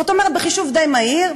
זאת אומרת, בחישוב מהיר,